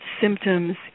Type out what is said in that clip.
symptoms